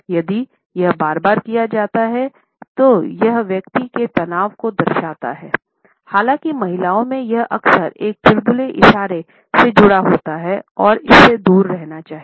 यदि यह बार बार किया जाता है यह व्यक्ति के तनाव को दर्शाता है हालाँकि महिलाओं में यह अक्सर एक चुलबुले इशारे से जुड़ा होता है और इसे दूर रहना चाहिए